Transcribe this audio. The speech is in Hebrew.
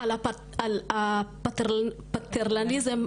על הפטרנליזם,